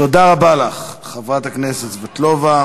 תודה רבה לך, חברת הכנסת סבטלובה.